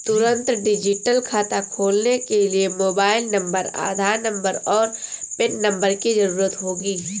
तुंरत डिजिटल खाता खोलने के लिए मोबाइल नंबर, आधार नंबर, और पेन नंबर की ज़रूरत होगी